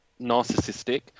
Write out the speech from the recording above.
narcissistic